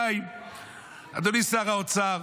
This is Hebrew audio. אדוני שר האוצר,